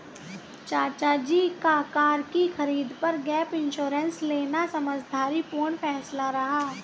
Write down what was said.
चाचा जी का कार की खरीद पर गैप इंश्योरेंस लेना समझदारी पूर्ण फैसला रहा